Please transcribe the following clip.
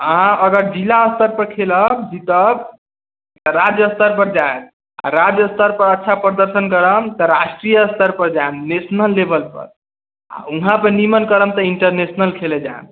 अहाँ अगर जिला स्तर पर खेलब जितब तऽ राज्य स्तर पर जायब आ राज्य स्तर पर अच्छा प्रदर्शन करब तऽ राष्ट्रीय स्तर पर जायब नेशनल लेवल पर आ ऊहाँ पर निमन करब तऽ इंटरनेशनल खेले जायब